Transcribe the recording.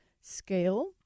scale